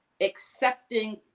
accepting